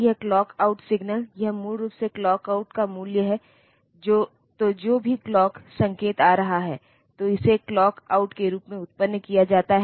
इस प्रकार इन दोनों को अलग अलग इंस्ट्रक्शंस के रूप में लिया जाता है